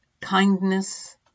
kindness